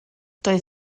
doedd